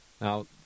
Now